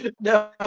No